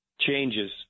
changes